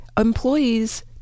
Employees